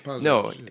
No